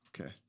Okay